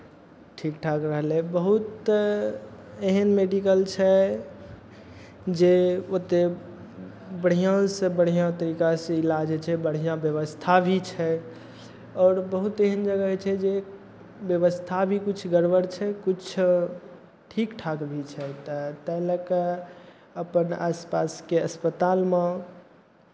ठीक ठाक भेलै बहुत एहन मेडीकल छै जे ओतेक बढ़िआँसँ बढ़िआँ तरीकासँ इलाज होइ छै बढ़िआँ व्यवस्था भी छै आओर बहुत एहन जगह छै जे व्यवस्था भी किछु गड़बड़ छै किछु ठीक ठाक भी छै तऽ ताहि लऽ कऽ अपन आस पासके अस्पतालमे